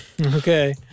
Okay